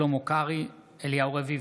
שלמה קרעי, אליהו רביבו,